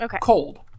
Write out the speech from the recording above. Cold